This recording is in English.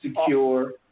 Secure